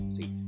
See